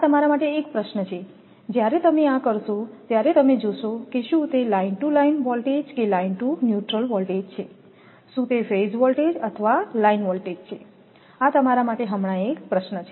આ તમારા માટે એક પ્રશ્ન છે જ્યારે તમે આ કરશો ત્યારે તમે જોશો કે શું તે લાઈન ટુ લાઇન વોલ્ટેજ કે લાઇન ટુ ન્યુટ્રલ વોલ્ટેજ છે શું તે ફેઝ વોલ્ટેજ અથવા લાઇન વોલ્ટેજ છે આ તમારા માટે હમણાં એક પ્રશ્ન છે